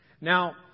Now